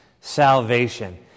Salvation